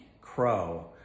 crow